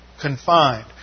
confined